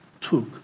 took